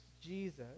Jesus